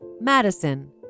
Madison